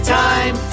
time